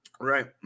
right